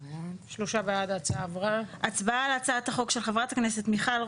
הצבעה בעד, 3 נגד, 0 נמנעים, 0